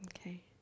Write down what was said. okay